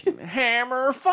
Hammer